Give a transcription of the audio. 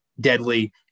deadly